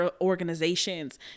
organizations